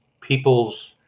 people's